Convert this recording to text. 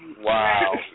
Wow